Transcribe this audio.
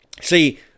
See